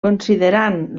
considerant